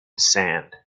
sand